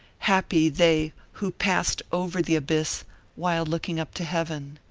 happy they who passed over the abyss while looking up to heaven.